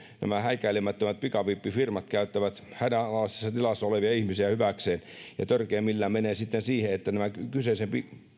nämä häikäilemättömät pikavippifirmat käyttävät hädänalaisessa tilassa olevia ihmisiä hyväkseen ja joka törkeimmillään menee sitten siihen että nämä kyseisen